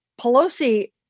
Pelosi